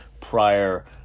prior